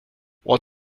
what